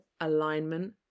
alignment